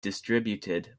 distributed